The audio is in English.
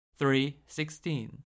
3.16